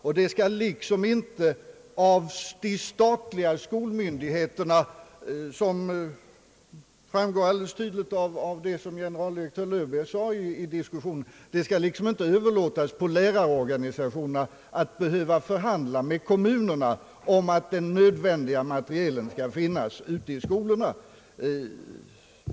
Generaldirektör Löwbeer hade ett diskussionsinlägg i skolveckodebatten som föranleder mig uttala att det inte skall överlåtas åt lärarorganisationerna att behöva förhandla med kommunerna om att den nödvändiga materielen skall finnas ute i kommunerna.